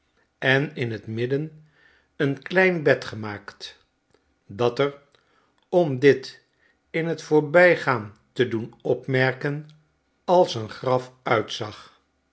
en in t midden een klein bed gemaakt dat er om dit in t voorbijgaan te doen opmerken als een graf uitzag